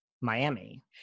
Miami